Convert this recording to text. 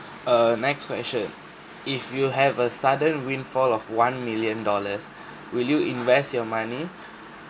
err next question if you have a sudden windfall of one million dollars will you invest your money